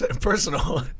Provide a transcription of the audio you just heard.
personal